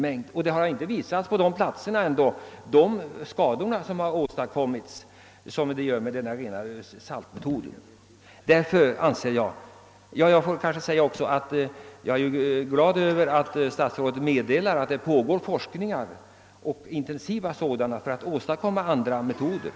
På dessa platser har inte heller sådana skador uppstått som den rena saltmetoden uppvisar. Jag är glad över att statsrådet meddelar att det pågår intensiva forskningar för att åstadkomma andra metoder.